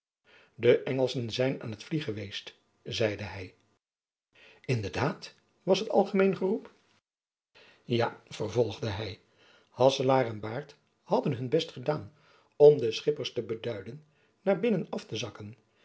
de engelschen zijn aan t vlie geweest zeide hy in de daad was t algemeen geroep ja vervolgde hy hasselaer en baert hadden hun best gedaan om den schippers te beduiden naar binnen af te zakken